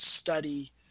study